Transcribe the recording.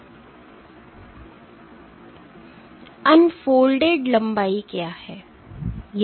unfolded लंबाई क्या है